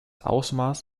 ausmaß